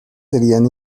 serían